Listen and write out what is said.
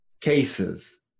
cases